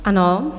Ano.